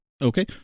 Okay